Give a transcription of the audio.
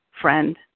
friend